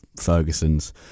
Ferguson's